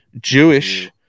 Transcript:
Jewish